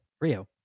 Rio